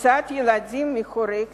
הוצאת ילדים מההורים